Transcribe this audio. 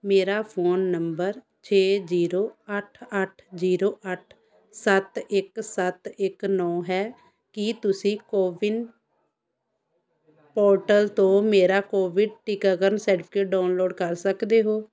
ਮੇਰਾ phone number ਛੇ zero ਅੱਠ ਅੱਠ ਜੀਰੋ ਅੱਠ ਸੱਤ ਇੱਕ ਸੱਤ ਇੱਕ ਨੌ ਹੈ ਕੀ ਤੁਸੀਂ ਕੋਵਿਨ ਪੋਰਟਲ ਤੋਂ ਮੇਰਾ ਕੋਵਿਡ ਟੀਕਾਕਰਨ ਸਰਟੀਫਿਕੇਟ ਡਾਊਨਲੋਡ ਕਰ ਸਕਦੇ ਹੋ